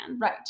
Right